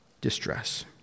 distress